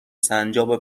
سنجابه